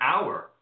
hour